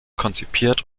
konzipiert